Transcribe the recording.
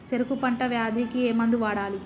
చెరుకు పంట వ్యాధి కి ఏ మందు వాడాలి?